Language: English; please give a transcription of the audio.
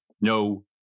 No